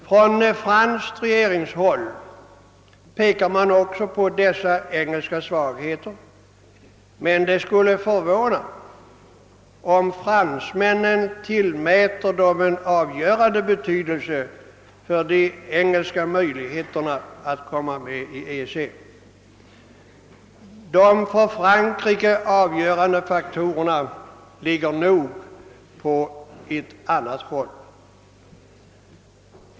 Från franskt regeringshåll pekar man också på dessa engelska svagheter, men det skulle förvåna om fransmännen tillmäter dem en avgörande betydelse för de engelska möjligheterna att komma med i EEC. De för Frankrike avgörande faktorerna ligger nog på ett annat håll.